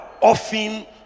often